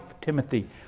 Timothy